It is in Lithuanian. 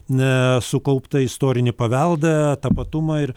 na sukauptą istorinį paveldą tapatumą ir